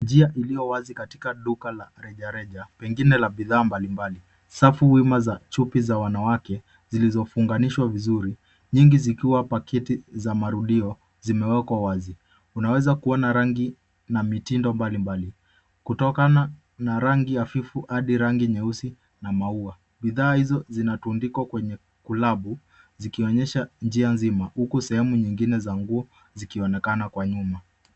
Njia iliyo wazi katika duka la rejareja pengine la bidhaa mbalimbali. Safu wima za chupi za wanawake zilizofunganishwa vizuri nyingi zikiwa paketi za marudio zimewekwa wazi. Unaweza kuona rangi na mitindo mbalimbali kutokana na rangi hafifu hadi rangi nyeusi na maua. Bidhaa hizo zinatundikwa kwenye kulabu zikionyesha njia nzima huku sehemu nyingine za nguo zikionekana kwa nyuma.